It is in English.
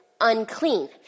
unclean